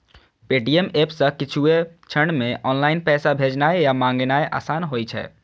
Paytm app सं किछुए क्षण मे ऑनलाइन पैसा भेजनाय आ मंगेनाय आसान होइ छै